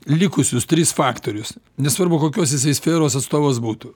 likusius tris faktorius nesvarbu kokios jisai sferos atstovas būtų